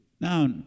Now